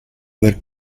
aver